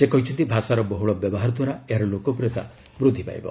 ସେ କହିଛନ୍ତି ଭାଷାର ବହୁଳ ବ୍ୟବହାର ଦ୍ୱାରା ଏହାର ଲୋକପ୍ରିୟତା ବୃଦ୍ଧି ପାଇବ